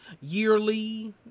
yearly